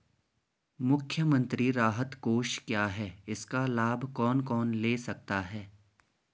मुख्यमंत्री राहत कोष क्या है इसका लाभ कौन कौन ले सकता है?